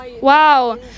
Wow